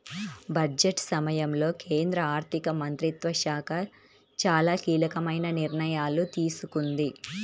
budget సమయంలో కేంద్ర ఆర్థిక మంత్రిత్వ శాఖ చాలా కీలకమైన నిర్ణయాలు తీసుకుంది